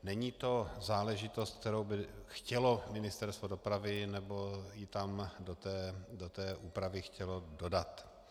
Není to záležitost, kterou by chtělo Ministerstvo dopravy, nebo ji tam do té úpravy chtělo dodat.